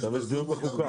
עכשיו יש דיון בחוקה.